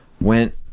went